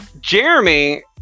Jeremy